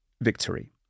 victory